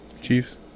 Chiefs